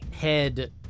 head